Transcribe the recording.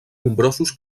nombrosos